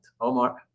Omar